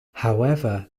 however